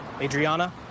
Adriana